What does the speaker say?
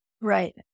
right